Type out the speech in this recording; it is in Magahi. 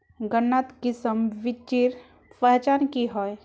गन्नात किसम बिच्चिर पहचान की होय?